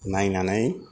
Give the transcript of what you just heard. नायनानै